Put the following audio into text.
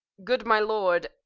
good my lord,